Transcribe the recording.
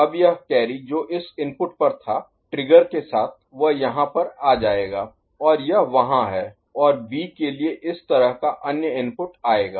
अब यह कैरी जो इस इनपुट पर था ट्रिगर के साथ वह यहाँ पर आ जाएगा और यह वहाँ है और बी के लिए इस तरह का अन्य इनपुट आएगा